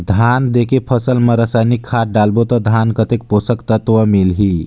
धान देंके फसल मा रसायनिक खाद डालबो ता धान कतेक पोषक तत्व मिलही?